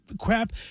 crap